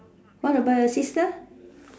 what about your sister